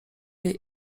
jej